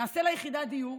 נעשה לה יחידת דיור,